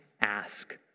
ask